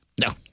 No